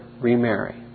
remarry